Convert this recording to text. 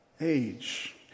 age